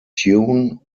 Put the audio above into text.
tune